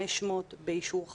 500 אנשים באישור חריג.